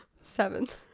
Seventh